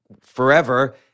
forever